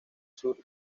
sur